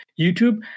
YouTube